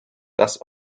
das